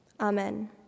Amen